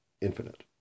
infinite